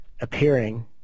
appearing